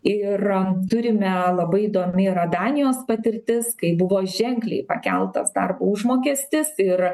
ir turime labai įdomi yra danijos patirtis kai buvo ženkliai pakeltas darbo užmokestis ir